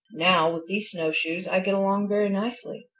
now, with these snowshoes i get along very nicely.